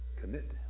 Commit